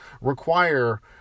require